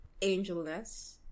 angelness